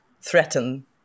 threaten